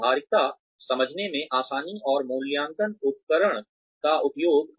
व्यावहारिकता समझने में आसानी और मूल्यांकन उपकरण का उपयोग